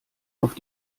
auf